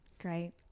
great